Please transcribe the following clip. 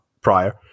prior